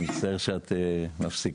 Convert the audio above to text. אני מצטער שאת מפסיקה,